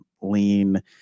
lean